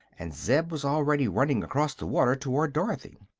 and zeb was already running across the water toward dorothy.